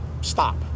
stop